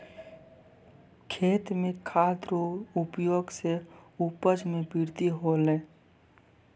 खेत मे खाद रो प्रयोग से उपज मे बृद्धि होलै